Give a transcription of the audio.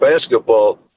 basketball